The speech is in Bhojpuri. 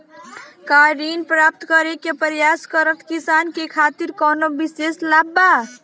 का ऋण प्राप्त करे के प्रयास करत किसानन के खातिर कोनो विशेष लाभ बा